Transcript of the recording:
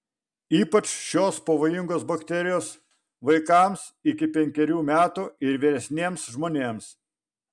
ypač šios pavojingos bakterijos vaikams iki penkerių metų ir vyresniems žmonėms